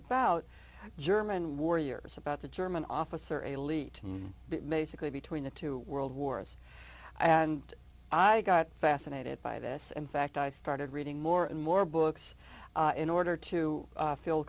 about german warriors about the german officer elite and basically between the two world wars i and i got fascinated by this and fact i started reading more and more books in order to feel